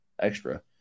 extra